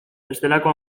bestelako